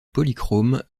polychrome